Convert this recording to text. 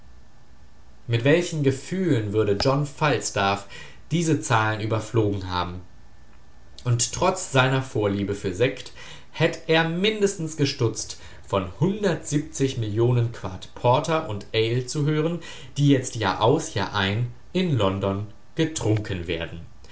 mit welchen gefühlen würde john falstaff diese zahlen überflogen haben und trotz seiner vorliebe für sekt hätt er mindestens gestutzt von millionen quart porter und ale zu hören die jetzt jahraus jahrein in london getrunken werden